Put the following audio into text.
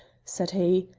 said he.